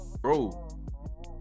bro